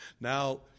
Now